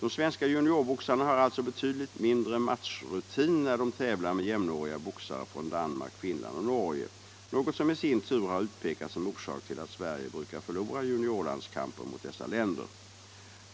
De svenska juniorboxarna har alltså betydligt mindre matchrutin när de tävlar med jämnåriga boxare från Danmark, Finland och Norge, något som i sin tur har utpekats som orsak till att Sverige brukar förlora juniorlandskamper mot dessa länder.